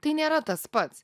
tai nėra tas pats